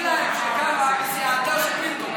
תגידי להם שקארה מסיעתה של פינטו.